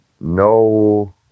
no